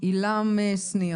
עורך הדין עילם שניר,